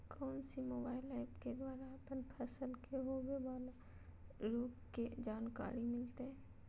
कौन सी mobile app के द्वारा अपन फसल के होबे बाला रोग के जानकारी मिलताय?